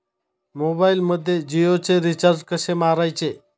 मोबाइलमध्ये जियोचे रिचार्ज कसे मारायचे?